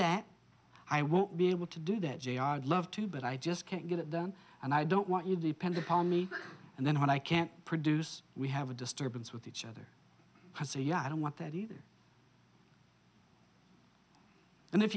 that i won't be able to do that they are love too but i just can't get it done and i don't want you depend upon me and then when i can't produce we have a disturbance with each other to say yeah i don't want that either and if